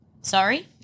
Sorry